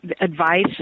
advice